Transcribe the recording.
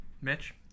Mitch